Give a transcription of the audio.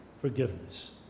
forgiveness